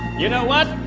you know what?